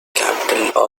capital